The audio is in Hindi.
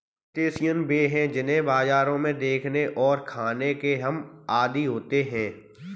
क्रस्टेशियंस वे हैं जिन्हें बाजारों में देखने और खाने के हम आदी होते हैं